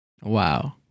Wow